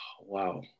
wow